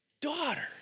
daughter